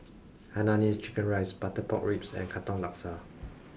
Hainanese Chicken Rice Butter Pork Ribs and Katong Laksa